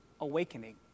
awakening